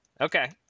Okay